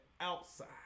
outside